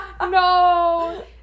no